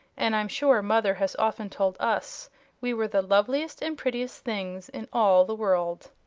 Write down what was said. and i'm sure mother has often told us we were the loveliest and prettiest things in all the world.